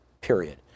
period